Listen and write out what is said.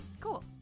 Cool